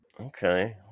Okay